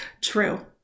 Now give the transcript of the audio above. True